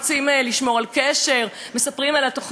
מספרים על תוכניות כמו "מסע" ו"תגלית",